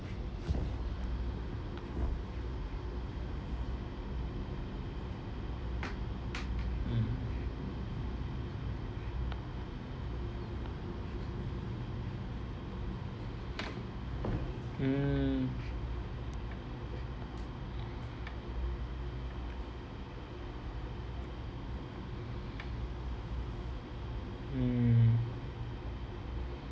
mm mm mm